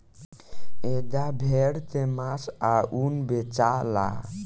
एजा भेड़ के मांस आ ऊन बेचाला